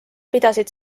pidasid